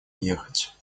ехать